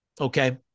Okay